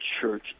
Church